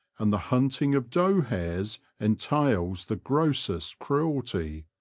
and the hunting of doe-hares entails the grossest cruelty.